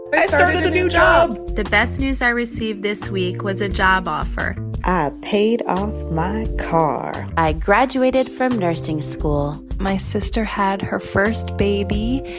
but i started a new job the best news i received this week was a job offer i paid off my car i graduated from nursing school my sister had her first baby.